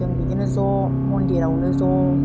जों बिदिनो ज' मन्दिरावनो ज'